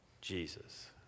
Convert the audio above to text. Jesus